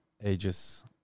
ages